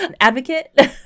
advocate